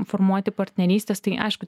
formuoti partnerystės tai aišku